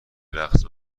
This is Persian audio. رقص